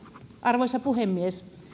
arvoisa puhemies